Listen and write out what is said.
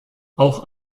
auch